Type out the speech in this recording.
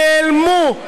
נעלמו.